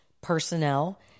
personnel